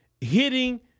hitting